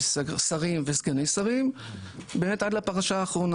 שרים וסגני שרים באמת עד לפרשה האחרונה,